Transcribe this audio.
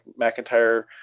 McIntyre